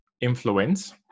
influence